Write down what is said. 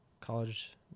college